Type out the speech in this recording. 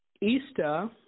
Easter